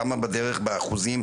כמה בדרך באחוזים,